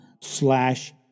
slash